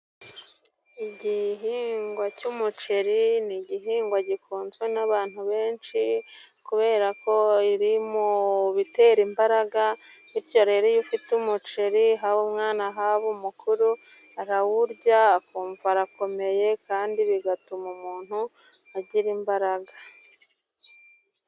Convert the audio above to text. Igihingwa cy'umuceri ni igihingwa gikunzwe n'abantu benshi ,kubera ko iri mu bitera imbaraga bityo rero iyo ufite umuceri haba umwana, haba umukuru, arawurya akumva arakomeye kandi bigatuma umuntu agira imbaraga.